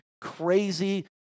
crazy